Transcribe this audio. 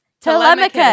Telemachus